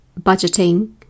budgeting